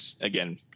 again